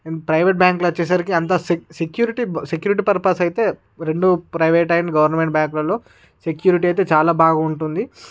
private బ్యాంకులో వచ్చేసరికి అంత సెక్యూ సెక్యూరిటీ సెక్యూరిటీ పర్పస్ అయితే రెండు ప్రైవేట్ అండ్ గవర్నమెంట్ బ్యాంకులలో సెక్యూరిటీ అయితే చాలా బాగా ఉంటుంది